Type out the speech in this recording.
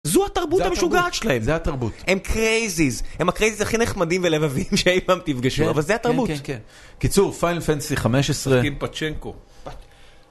זו התרבות המשוגעת שלהם, זה התרבות, הם קרייזיז, הם הקרייזיז הכי נחמדים ולבבים שאי פעם תפגשו, אבל זה התרבות, כן, כן, כן. קיצור, Final Fantasy XV, שחקים פצ'נקו.